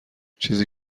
چیزی